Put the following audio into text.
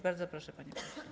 Bardzo proszę, panie pośle.